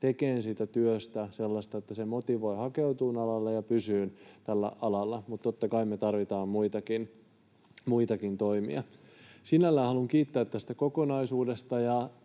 tekemään siitä työstä sellaista, että se motivoi hakeutumaan alalle ja pysymään tällä alalla, mutta totta kai me tarvitaan muitakin toimia. Sinällään haluan kiittää tästä kokonaisuudesta.